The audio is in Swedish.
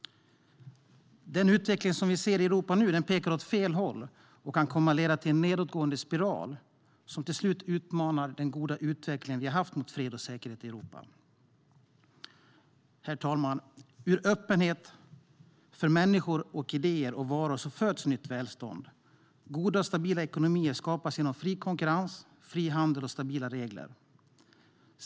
Den utveckling vi ser i Europa nu pekar åt fel håll och kan komma att leda till en nedåtgående spiral som till slut utmanar den goda utveckling vi har haft mot fred och säkerhet i Europa. Herr talman! Ur öppenhet för människor, idéer och varor föds nytt välstånd. Goda och stabila ekonomier skapas genom fri konkurrens, fri handel och stabila regler.